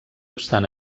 obstant